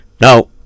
Now